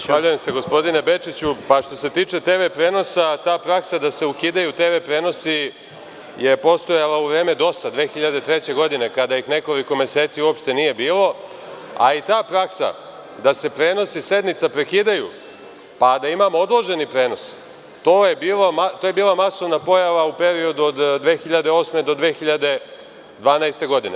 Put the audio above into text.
Zahvaljujem se gospodine Bečiću, pa što se tiče TV prenosa, ta praksa da se ukidaju tv prenosi je postojala u vreme DOS-a, 2003. godine kada ih nekoliko meseci uopšte nije bilo, a i ta praksa da se prenosi sednica prekidaju, pa da imamo odloženi prenos, to je bila masovna pojava u periodu od 2008. godine do 2012. godine.